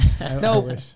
no